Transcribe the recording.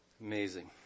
Amazing